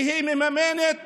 שהיא מממנת